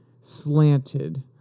slanted